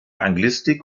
anglistik